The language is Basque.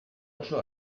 oso